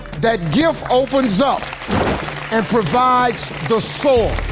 that gift opens up and provides the soar.